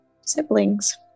siblings